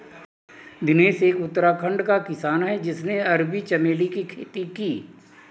दिनेश एक उत्तराखंड का किसान है जिसने अरबी चमेली की खेती की